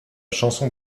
chanson